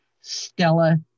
Stella